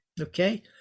Okay